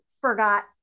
forgot